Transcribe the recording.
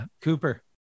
Cooper